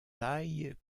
tailles